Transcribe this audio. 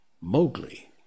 Mowgli